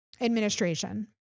administration